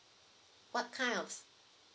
what kind of